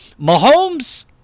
Mahomes